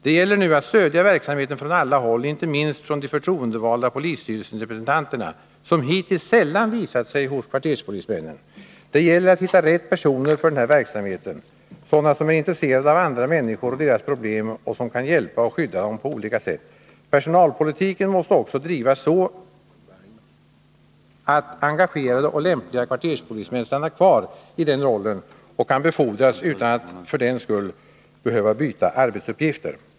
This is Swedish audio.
Det gäller nu att stödja verksamheten från alla håll — inte minst från de förtroendevalda polisstyrelserepresentanterna, som hittills sällan visat sig hos kvarterspolismännen. Det gäller att hitta de rätta personerna för den här verksamheten — sådana som är intresserade av andra människor och deras problem och som kan hjälpa och skydda dem på olika sätt. Personalpolitiken måste också drivas så att engagerade och lämpliga kvarterspolismän stannar kvar i den rollen och kan befordras utan att för den skull behöva byta arbetsuppgifter.